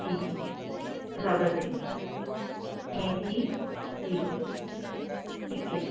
जी जी रबर दे देंगे क़ैंची जी जी ठीक है